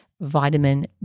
Vitamin